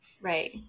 Right